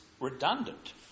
redundant